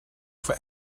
for